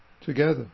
together